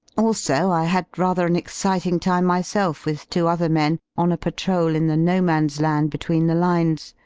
also i had rather an exciting time myself with two other men on a patrol in the no man's land between the lines.